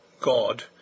God